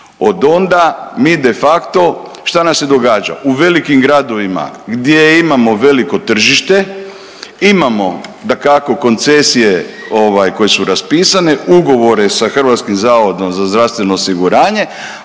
od onda mi de facto, šta nam se događa? U velikim gradovima gdje imamo veliko tržište imamo dakako, koncesije ovaj koje su raspisane, ugovore sa HZZO-om, ali problemi nastaju